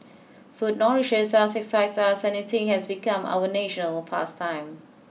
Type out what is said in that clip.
food nourishes us excites us and eating has become our national past time